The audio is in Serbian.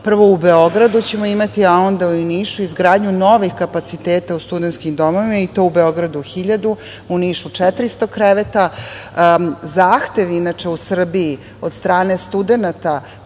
prvo u Beogradu ćemo imati, a onda u Nišu izgradnju novih kapaciteta u studentskim domovima i to u Beogradu 1.000, u Nišu 400 kreveta. Zahtev, inače, u Srbiji od strane studenata